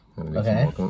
Okay